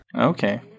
okay